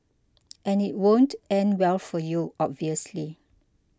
and it won't end well for you obviously